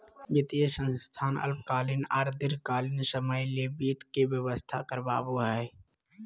वित्तीय संस्थान अल्पकालीन आर दीर्घकालिन समय ले वित्त के व्यवस्था करवाबो हय